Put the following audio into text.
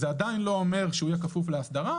זה עדיין לא אומר שהוא לא כפוף לאסדרה,